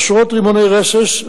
עשרות רימוני רסס,